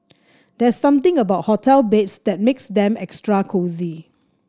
there's something about hotel beds that makes them extra cosy